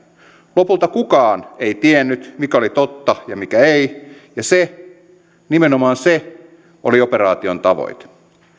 lopulta kukaan ei tiennyt mikä oli totta ja mikä ei ja se nimenomaan se oli operaation tavoite